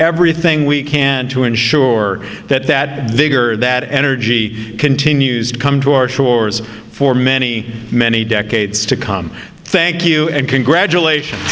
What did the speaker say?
everything we can to ensure that that vigor that energy continues to come to our shores for many many decades to come thank you and congratulations